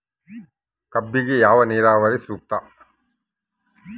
ಕಬ್ಬಿಗೆ ಯಾವ ನೇರಾವರಿ ಸೂಕ್ತ?